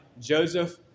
Joseph